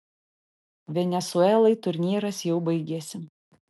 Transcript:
venesuelai turnyras jau baigėsi